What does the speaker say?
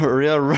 real